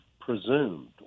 presumed